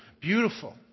beautiful